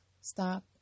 stop